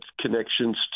connections